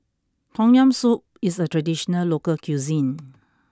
Tom Yam Soup is a traditional local cuisine